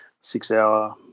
six-hour